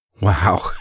Wow